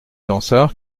dansaert